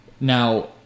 now